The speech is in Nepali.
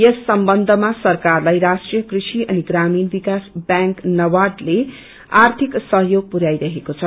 यस सम्बन्धमा सरकारलाई राष्ट्रिय कूषि अनि ग्रामीण विकास व्यांक नार्बाडले आर्थिक सहयोग पुरयाईरहेको छ